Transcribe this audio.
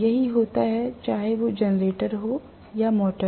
यही होता है चाहे वह जनरेटर हो या मोटर